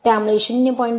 त्यामुळे ०